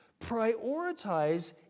prioritize